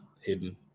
hidden